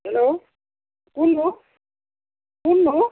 hello কোন নো কোন নো